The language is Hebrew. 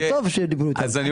אז זה טוב שדיברו איתם.